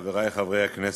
חברי חברי הכנסת,